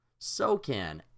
SOCAN